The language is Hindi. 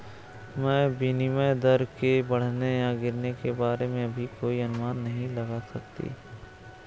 मैं विनिमय दर के बढ़ने या गिरने के बारे में अभी कोई अनुमान नहीं लगा सकती